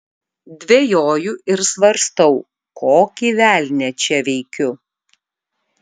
dvejoju ir svarstau kokį velnią čia veikiu